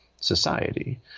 society